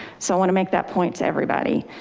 so i wanna make that point to everybody.